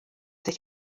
sich